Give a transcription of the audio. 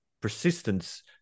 persistence